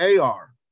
AR